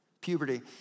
puberty